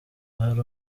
hari